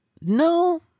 No